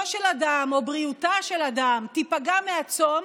של אדם או בריאותה של אדם תיפגע מהצום,